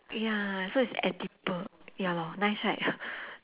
ya so it's edible ya lor nice right